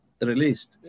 released